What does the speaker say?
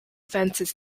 events